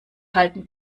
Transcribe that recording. halten